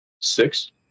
six